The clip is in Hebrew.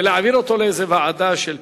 ולהעביר אותו לאיזו ועדה של פקידים,